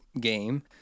game